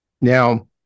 Now